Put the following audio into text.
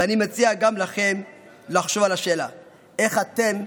ואני מציע גם לכם לחשוב על השאלה איך אתם,